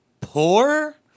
poor